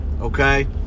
Okay